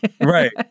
Right